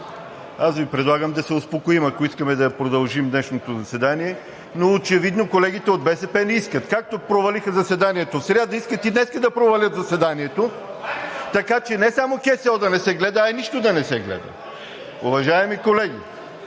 аз Ви предлагам да се успокоим, ако искаме да продължим днешното заседание, но очевидно колегите от БСП не искат. Както провалиха заседанието в сряда, искат и днес да провалят заседанието, така че не само КСО да не се гледа, а и нищо да не се гледа! Уважаеми колеги,